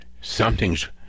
something's